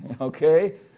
Okay